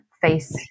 face